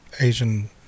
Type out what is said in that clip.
Asian